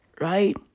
right